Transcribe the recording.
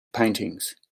paintings